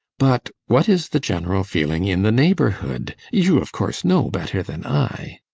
but what is the general feeling in the neighbourhood? you, of course, know better than i.